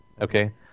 okay